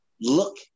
look